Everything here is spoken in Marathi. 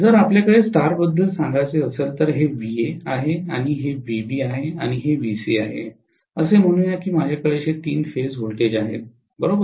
जर आपल्याकडे स्टारबद्दल सांगायचे असेल तर हे VA आहे हे VB आहे आणि हे VC आहे असे म्हणू या की माझ्याकडे असे तीन फेज व्होल्टेज आहेत बरोबर